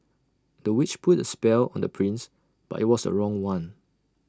the witch put A spell on the prince but IT was A wrong one